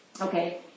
Okay